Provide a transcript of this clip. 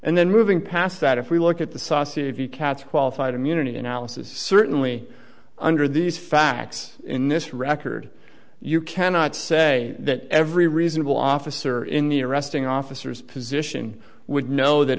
and then moving past that if we look at the sausage if you catch a qualified immunity analysis certainly under these facts in this record you cannot say that every reasonable officer in the arresting officers position would know that